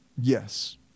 Yes